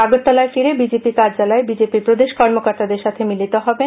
আগরতলায় ফিরে বিজেপি কার্যালয়ে বিজেপি র প্রদেশ কর্মকর্তাদের সঙ্গে মিলিত হবেন